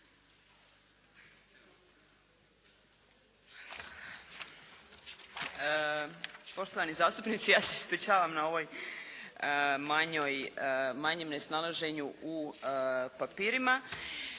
Poštovani zastupnici ja se ispričavam na ovoj manjoj, manjem nesnalaženju u papirima.